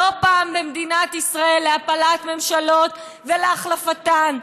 לא פעם במדינת ישראל להפלת ממשלות ולהחלפתן.